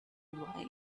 wii